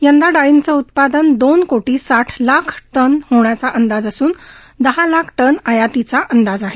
यंदा डाळींचं उत्पादन दोन कोटी साठ लाख टन होण्याचा अंदाज असून दहा लाख टन आयातीचा अंदाज आहे